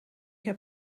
heb